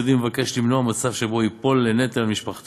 רק במהלך תקופת תשלום הפרמיות אלא גם ביום סגריר,